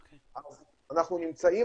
אז אנחנו נמצאים,